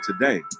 today